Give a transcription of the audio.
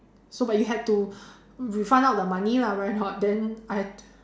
so but you had to refund out the money lah right or not then I